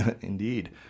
Indeed